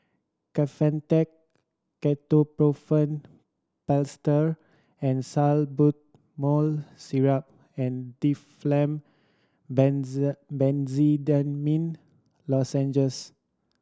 Kefentech Ketoprofen Plaster and Salbutamol Syrup and Difflam Benz Benzydamine Lozenges